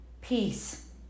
peace